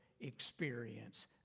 experience